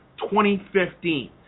2015